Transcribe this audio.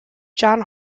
john